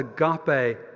agape